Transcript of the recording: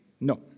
No